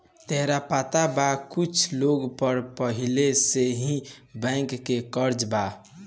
तोहरा पता बा कुछ लोग पर पहिले से ही बैंक के कर्जा बा